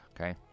okay